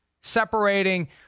separating